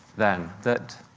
then, that